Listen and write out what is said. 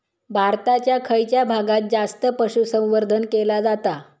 भारताच्या खयच्या भागात जास्त पशुसंवर्धन केला जाता?